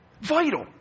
Vital